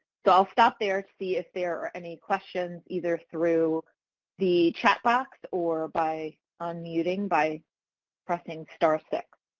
so i'll stop there and see if there are any questions either through the chat box or by unmuting by pressing star six.